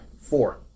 four